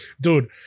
Dude